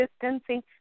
distancing